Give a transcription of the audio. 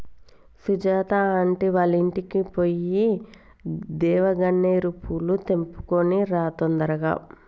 Sujatha aunty వాళ్ళింటికి పోయి దేవగన్నేరు పూలు తెంపుకొని రా తొందరగా